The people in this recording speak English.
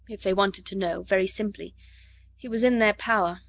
if they wanted to know, very simply he was in their power.